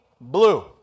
blue